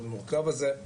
מאוד מורכב הזה.